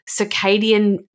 circadian